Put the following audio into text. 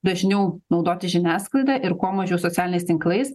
dažniau naudotis žiniasklaida ir kuo mažiau socialiniais tinklais